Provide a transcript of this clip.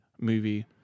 movie